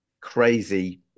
crazy